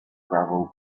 gravel